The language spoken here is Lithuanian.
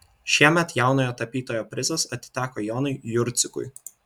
šiemet jaunojo tapytojo prizas atiteko jonui jurcikui